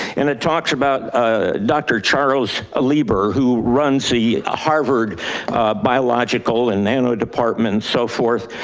and it talks about dr. charles ah lieber who runs the ah harvard biological and nano department, so forth.